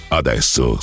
adesso